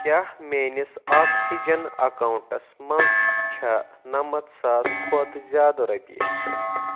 کیٛاہ میٲنِس آکسِجن ایکونٹَس منٛز چھےٚ نَمَتھ ساس کھۄتہٕ زِیٛادٕ رۄپیہِ؟